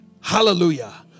hallelujah